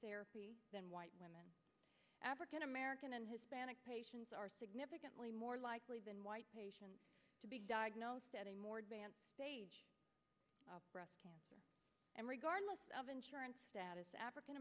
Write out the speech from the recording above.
therapy than white women african american and hispanic patients are significantly more likely than white patients to be diagnosed at a more advanced stage breast cancer and regardless of insurance status african